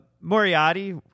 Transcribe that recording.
Moriarty